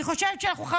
אני חושבת שאנחנו,